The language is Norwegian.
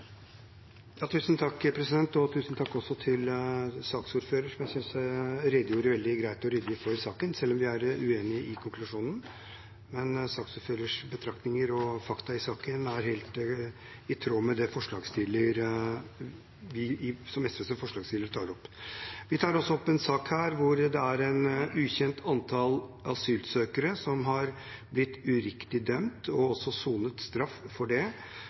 til saksordføreren, som jeg synes redegjorte veldig greit og ryddig for saken, selv om vi er uenige i konklusjonen. Men saksordførerens betraktninger og faktaene i saken er helt i tråd med det som SV som forslagsstiller tar opp. Vi tar opp en sak her hvor et ukjent antall asylsøkere har blitt uriktig dømt, og også har sonet straff, basert på en i ettertid oppdaget feiltolkning av flyktningkonvensjonen. Det